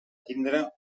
tindre